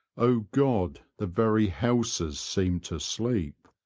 o god! the very houses seemed to sleep.